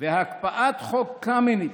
והקפאת חוק קמיניץ.